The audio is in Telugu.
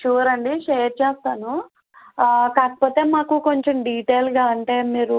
ష్యూర్ అండి షేర్ చేస్తాను కాకపోతే మాకు కొంచెం డీటెయిల్గా అంటే మీరు